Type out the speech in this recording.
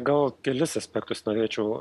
gal kelis aspektus norėčiau